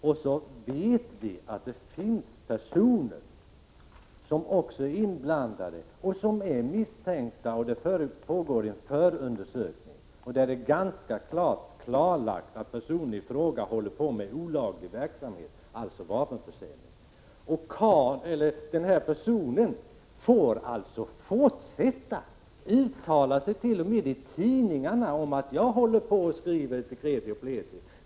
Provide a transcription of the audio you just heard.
Vi vet att det finns personer som är inblandade och som är misstänkta samt att det pågår en förundersökning där det ganska tydligt klarlagts att vissa personer håller på med olaglig verksamhet, alltså med vapenförsäljning. Dessa personer får alltså fortsätta med sin verksamhet, och de t.o.m. uttalar sig i tidningar: Vi har skrivit till kreti och pleti.